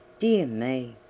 dear me!